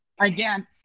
Again